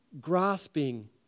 grasping